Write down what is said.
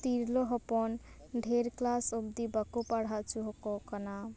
ᱛᱤᱨᱞᱟᱹ ᱦᱚᱯᱚᱱ ᱰᱷᱮᱨ ᱠᱞᱟᱥ ᱚᱵᱽᱫᱤ ᱵᱟᱠᱚ ᱯᱟᱲᱦᱟᱣ ᱚᱪᱚ ᱟᱠᱚ ᱠᱟᱱᱟ